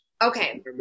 Okay